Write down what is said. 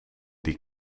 die